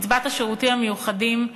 קצבת שירותים מיוחדים,